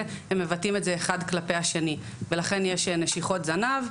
הם מבטאים את זה אחד כלפי השני ולכן יש נשיכות זנב,